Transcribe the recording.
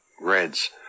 reds